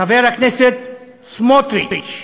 חבר הכנסת סמוטריץ,